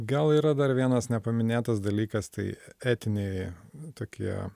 gal yra dar vienas nepaminėtas dalykas tai etiniai tokie